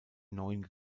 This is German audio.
neuen